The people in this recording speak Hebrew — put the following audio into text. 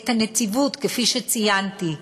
את הנציבות כפי שציינתי.